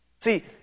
See